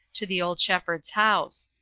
to the old shepherd's house.